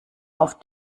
auf